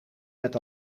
met